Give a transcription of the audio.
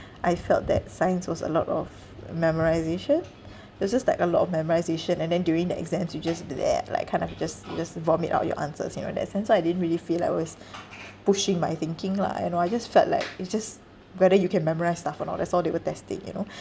I felt that science was a lot of memorisation so it's just like a lot of memorisation and then during the exams you just like kind of just just vomit out your answers you know in that sense so I didn't really feel like it was pushing my thinking lah you know I just felt like it's just whether you can memorise stuff or not that's all they were testing you know